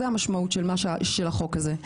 זאת המשמעות של החוק הזה.